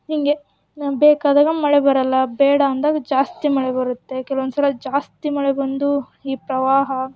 ಹೀಗೆ ನಮ್ಮ ಬೇಕಾದಾಗ ಮಳೆ ಬರೋಲ್ಲ ಬೇಡ ಅಂದಾಗ ಜಾಸ್ತಿ ಮಳೆ ಬರುತ್ತೆ ಕೆಲ್ವೊಂದು ಸಲ ಜಾಸ್ತಿ ಮಳೆ ಬಂದು ಈ ಪ್ರವಾಹ